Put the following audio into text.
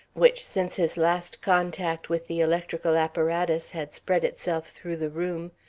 which since his last contact with the electrical apparatus had spread itself through the room,